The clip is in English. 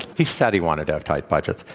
he said he wanted to have tight budgets,